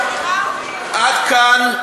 עד כאן,